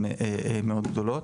הן מאוד גדולות.